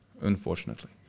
unfortunately